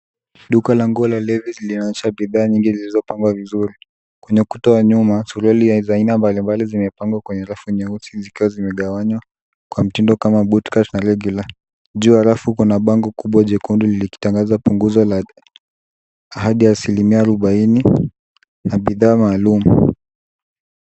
Duka la nguo la Levi's linaonyesha bidhaa nyingi zilizopangwa vizuri. Kwenye ukuta wa nyuma, suruali za aina mbalimbali, zimepangwa kwenye rafu nyeusi, zikiwa zimegawanywa kwa mtindo kama boot cash na regular . Juu ya rafu, kuna bango kubwa jekundu likitangaza punguzo la hadi asilimia arobaini na bidhaa maalum.